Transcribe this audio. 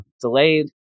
delayed